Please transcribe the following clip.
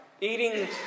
Eating